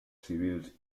civils